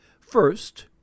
First